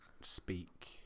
speak